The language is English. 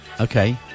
Okay